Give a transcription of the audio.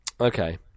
okay